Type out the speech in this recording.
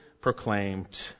proclaimed